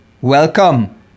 welcome